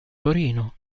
torino